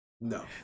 No